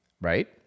right